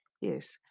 Yes